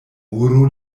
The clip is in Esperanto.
muro